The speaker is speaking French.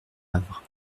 avre